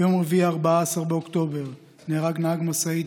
ביום רביעי 14 באוקטובר נהרג נהג משאית,